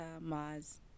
Mars